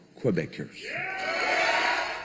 Quebecers